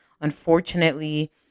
unfortunately